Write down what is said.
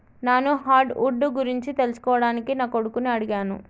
నాను hardwood గురించి తెలుసుకోవడానికి నా కొడుకుని అడిగాను